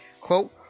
Quote